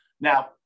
Now